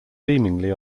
seemingly